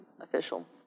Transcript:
official